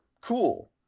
Cool